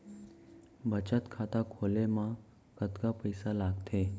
बचत खाता खोले मा कतका पइसा लागथे?